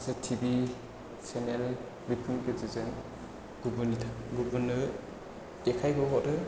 माखासे टिभि सेनेलनि गेजेरजों गुबुन्नो देखाइबो हरो